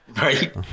right